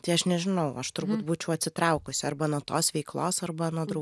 tai aš nežinau aš turbūt būčiau atsitraukusi arba nuo tos veiklos arba nuo drau